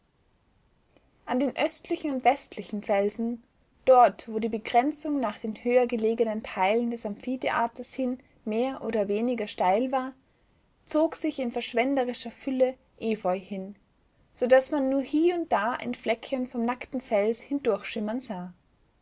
an den östlichen und westlichen felsen dort wo die begrenzung nach den höhergelegenen teilen des amphitheaters hin mehr oder weniger steil war zog sich in verschwenderischer fülle efeu hin so daß man nur hie und da ein fleckchen vom nackten fels hindurchschimmern sah